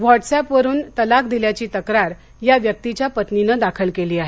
Whats ऍपवरुन तलाक दिल्याची तक्रार या व्यक्तीच्या पत्नीनं दाखल केली आहे